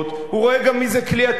הוא רואה גם מי זה כלי התקשורת,